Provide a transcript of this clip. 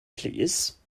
plîs